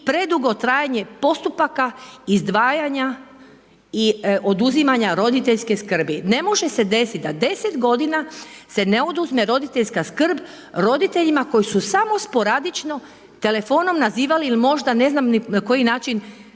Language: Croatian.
predugo trajanje postupaka izdvajanja i oduzimanja roditeljske skrbi. Ne može se desiti da 10 g. se ne oduzme roditeljska skrb roditeljima koji su samo sporadično telefonom nazivali ili možda ne znam na koji način